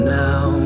now